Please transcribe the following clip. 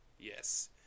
Yes